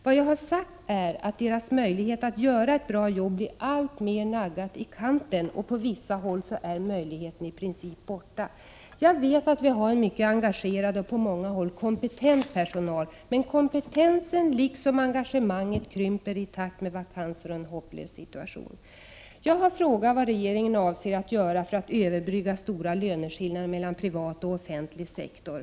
Vad jag har sagt är att möjligheten att göra ett bra jobb blir alltmer naggad i kanten, och på vissa håll är möjligheten i princip borta. Jag vet att vi har en mycket engagerad och på många håll kompetent personal, men kompetensen liksom engagemanget krymper i takt med vakanser och en hopplös situation. Jag har frågat vad regeringen avser att göra för att överbrygga stora löneskillnader mellan privat och offentlig sektor.